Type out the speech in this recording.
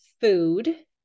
food